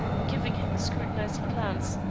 giving him a scrutinizing glance,